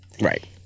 Right